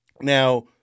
Now